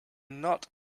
not